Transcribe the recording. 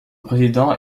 président